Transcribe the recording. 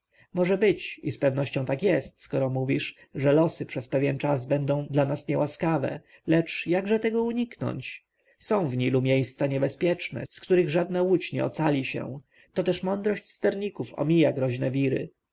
może być i z pewnością tak jest skoro mówisz że losy przez pewien czas będą dla nas niełaskawe lecz jakże tego uniknąć są w nilu miejsca niebezpieczne z których żadna łódź nie ocali się to też mądrość sterników omija groźne wiry